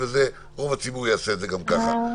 רוב הציבור יעשה את זה גם ככה.